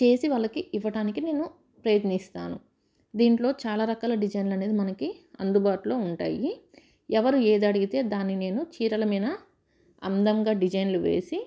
చేసి వాళ్ళకి ఇవ్వటానికి నేను ప్రయత్నిస్తాను దీంట్లో చాలా రకాల డిజైన్లు అనేది మనకు అందుబాటులో ఉంటాయి ఎవరు ఏది అడిగితే దాన్ని నేను చీరల మీద అందంగా డిజైన్లు వేసి